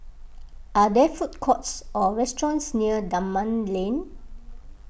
are there food courts or restaurants near Dunman Lane